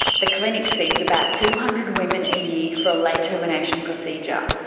the clinic sees about two hundred women a year for a late termination procedure.